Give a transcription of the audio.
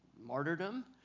martyrdom